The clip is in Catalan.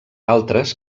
altres